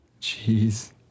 Jeez